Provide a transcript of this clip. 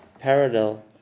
parallel